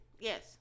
Yes